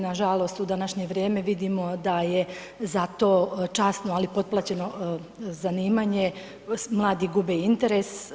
Nažalost, u današnje vrijeme vidimo da je za to časno ali potplaćeno zanimanje mladi gube interes.